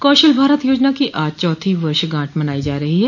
कौशल भारत योजना की आज चौथी वर्षगांठ मनाई जा रही है